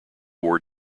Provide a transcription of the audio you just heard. war